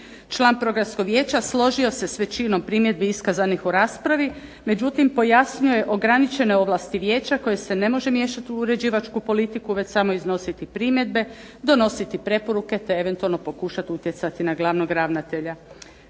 Član Vijeća složio se s većinom primjedbi iskazanih u raspravi međutim, pojasnio je ograničene ovlasti Vijeća koje se ne može miješati u uređivačku politiku već samo iznositi primjedbe, donositi preporuke te eventualno pokušati utjecati na glavnog ravnatelja.